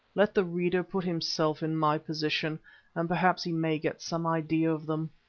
let the reader put himself in my position and perhaps he may get some idea of them.